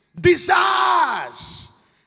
Desires